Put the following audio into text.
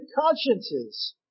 consciences